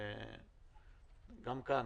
גם כאן,